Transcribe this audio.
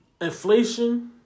Inflation